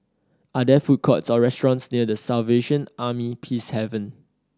are there food courts or restaurants near The Salvation Army Peacehaven